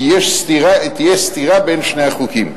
כי תהיה סתירה בין שני החוקים.